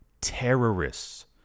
terrorists